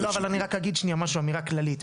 אני רק אגיד אמירה כללית.